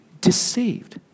deceived